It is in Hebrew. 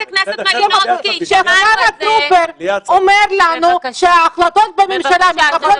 כשהשר טרופר אומר לנו שההחלטות בממשלה מתקבלות